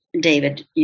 David